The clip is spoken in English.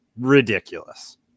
ridiculous